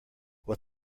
what